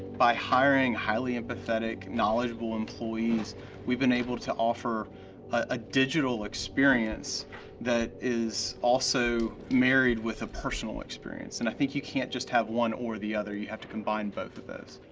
by hiring highly empathetic knowledgeable employees we've been able to offer a digital experience that is also married with a personal experience and i think you can't just have one or the other. you have to combine both of those.